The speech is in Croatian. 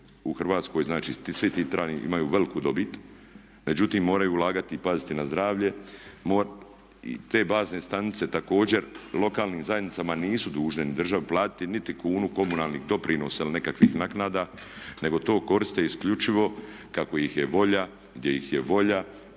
U Hrvatskoj, znači svi ti …/Govornik se ne razumije./… imaju veliku dobit, međutim moraju ulagati pazite na zdravlje, te bazne stanice također lokalnim zajednicama nisu dužne ni državi platiti niti kunu komunalnih doprinosa ili nekakvih naknada, nego to koriste isključivo kako ih je volja, gdje ih je volja